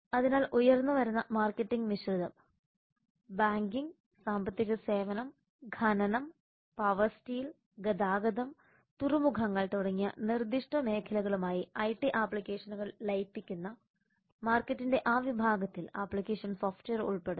അതിനാൽ ഉയർന്നുവരുന്ന മാർക്കറ്റിംഗ് മിശ്രിതം ബാങ്കിംഗ് സാമ്പത്തിക സേവനം ഖനനം പവർ സ്റ്റീൽ ഗതാഗതം തുറമുഖങ്ങൾ തുടങ്ങിയ നിർദ്ദിഷ്ട മേഖലകളുമായി ഐടി ആപ്ലിക്കേഷനുകൾ ലയിപ്പിക്കുന്ന മാർക്കറ്റിന്റെ ആ വിഭാഗത്തിൽ ആപ്ലിക്കേഷൻ സോഫ്റ്റ്വെയർ ഉൾപ്പെടുന്നു